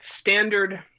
standard